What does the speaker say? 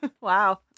Wow